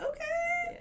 Okay